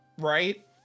Right